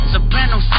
Soprano